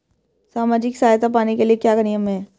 सामाजिक सहायता पाने के लिए क्या नियम हैं?